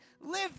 live